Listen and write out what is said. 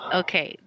okay